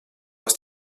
aus